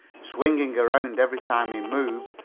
swinging around every time he moved,